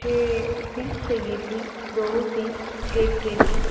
मुझे फ़िश चाहिए थी रोहू फ़िश एक के जी